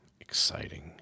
Exciting